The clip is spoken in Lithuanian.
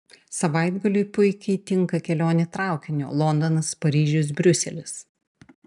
savaitgaliui puikiai tinka kelionė traukiniu londonas paryžius briuselis